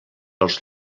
als